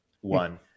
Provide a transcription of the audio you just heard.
one